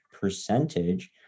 percentage